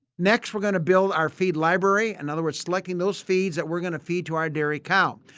next, we are going to build our feed library. in other words selecting those feed which we are going to feed to our dairy cow.